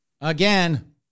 Again